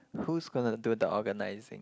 who's gonna do the organising